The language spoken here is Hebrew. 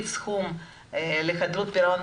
יש אחרות חברתית כוללת לכל המשרדים.